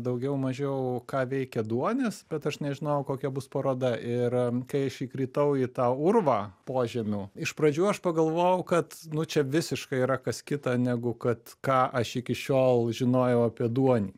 daugiau mažiau ką veikia duonis bet aš nežinojau kokia bus paroda ir kai aš įkritau į tą urvą požemių iš pradžių aš pagalvojau kad nu čia visiškai yra kas kita negu kad ką aš iki šiol žinojau apie duonį